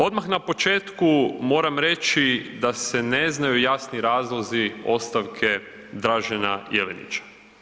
Odmah na početku moram reći da se ne znaju jasni razlozi ostavke Dražena Jelenića.